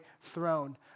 throne